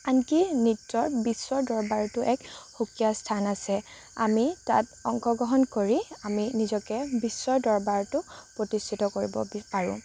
আনকি নৃত্যৰ বিশ্ব দৰবাৰতো এক সুকীয়া স্থান আছে আমি তাত অংশগ্ৰহণ কৰি আমি নিজকে বিশ্ব দৰবাৰতো প্ৰতিষ্ঠিত কৰিব পাৰোঁ